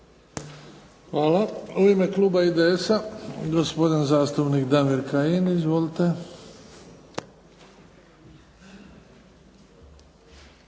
Hvala. U ime kluba IDS-a gospodin zastupnik Damir Kajin. Izvolite.